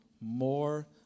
more